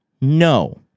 No